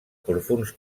profunds